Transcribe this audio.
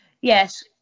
Yes